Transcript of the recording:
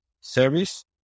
service